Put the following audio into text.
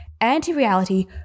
anti-reality